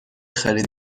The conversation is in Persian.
خرید